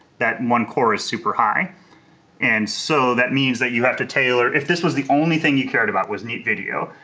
that one core is super high and so that means that you have to tailor, if this was the only thing you cared about was neat video,